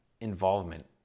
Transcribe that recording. involvement